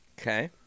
Okay